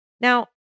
Now